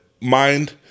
mind